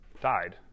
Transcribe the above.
died